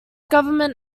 government